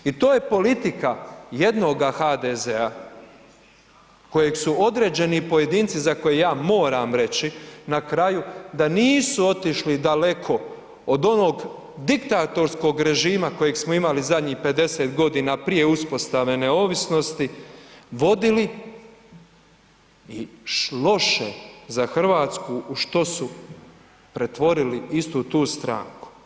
I to je politika jednoga HDZ-a kojeg su određeni pojedinci, za koje ja moram reći, na kraju da nisu otišli daleko od onog diktatorskog režima kojeg smo imali zadnjih 50 godina prije uspostave neovisnosti, vodili i loše za Hrvatsku u što su pretvorili istu tu stranku.